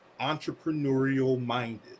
entrepreneurial-minded